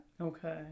Okay